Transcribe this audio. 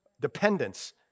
dependence